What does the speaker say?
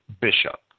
Bishop